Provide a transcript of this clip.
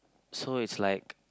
so it's like